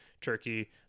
Turkey